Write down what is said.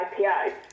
IPO